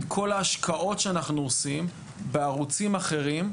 כל ההשקעות שאנחנו עושים בערוצים אחרים,